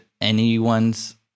anyone's